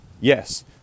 Yes